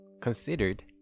considered